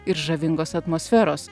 ir žavingos atmosferos